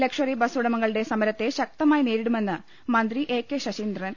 luxury bus ഉടമകളുടെ സമരത്തെ ശക്തമായി നേരിടു മെന്ന് മന്ത്രി എ കെ ശശീന്ദ്രൻ